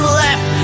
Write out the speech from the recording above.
left